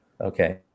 Okay